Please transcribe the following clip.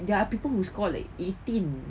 there are people who score like eighteen